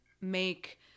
make